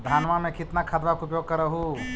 धानमा मे कितना खदबा के उपयोग कर हू?